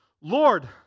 Lord